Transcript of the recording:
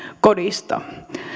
kodista